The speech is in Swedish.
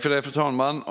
Fru talman!